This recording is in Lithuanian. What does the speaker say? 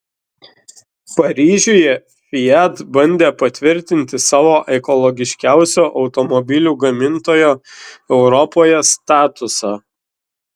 paryžiuje fiat bandė patvirtinti savo ekologiškiausio automobilių gamintojo europoje statusą